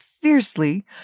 fiercely